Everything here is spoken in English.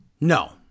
no